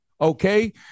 Okay